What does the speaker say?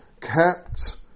kept